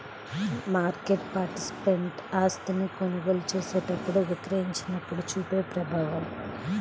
market participant ఆస్తిని కొనుగోలు చేసినప్పుడు, విక్రయించినప్పుడు చూపే ప్రభావం